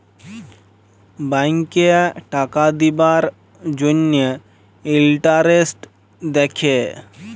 ব্যাংকে টাকা দিবার জ্যনহে ইলটারেস্ট দ্যাখে